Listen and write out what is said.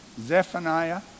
Zephaniah